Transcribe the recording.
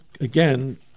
again